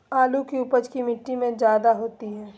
आलु की उपज की मिट्टी में जायदा होती है?